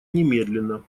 немедленно